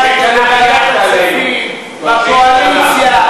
30 שנה ישבתם בוועדת הכספים, בקואליציה.